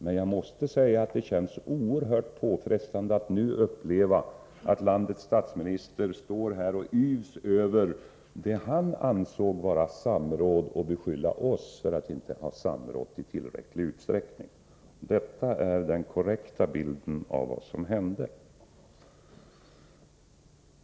Men jag måste säga att det känns oerhört påfrestande att nu uppleva att landets statsminister yvs över vad han ansåg vara samråd och beskyller oss för att inte ha samrått i tillräcklig utsträckning. — Detta är den korrekta bilden av vad som hände.